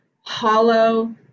hollow